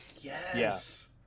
Yes